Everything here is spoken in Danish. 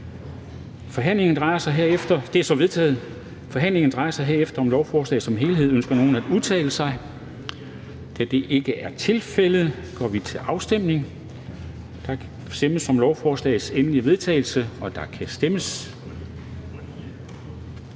Forhandlingerne drejer sig herefter om lovforslaget som helhed. Ønsker nogen at udtale sig? Da det ikke er tilfældet, går vi til afstemning. Kl. 13:45 Afstemning Formanden (Henrik Dam Kristensen): Der stemmes